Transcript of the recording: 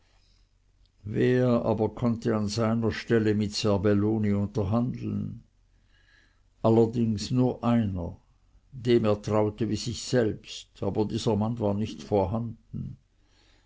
wer aber konnte an seiner stelle mit serbelloni unterhandeln allerdings nur einer dem er traute wie sich selbst aber dieser mann war nicht vorhanden